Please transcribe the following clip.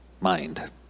mind